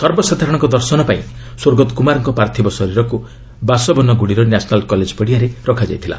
ସର୍ବସାଧାରଣଙ୍କ ଦର୍ଶନ ପାଇଁ ସ୍ୱର୍ଗତ କୁମାରଙ୍କ ପାର୍ଥୀବ ଶରୀରକୁ ବାସବନଗୁଡ଼ି ର ନ୍ୟାସନାଲ୍ କଲେଜ ପଡ଼ିଆରେ ରଖାଯାଇଥିଲା